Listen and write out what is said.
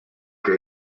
que